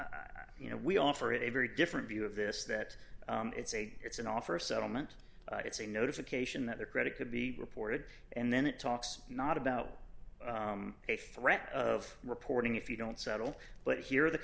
you know we offer a very different view of this that it's a it's an offer a settlement it's a notification that the credit could be reported and then it talks not about a threat of reporting if you don't settle but here the